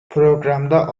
programda